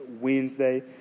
Wednesday